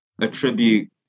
attribute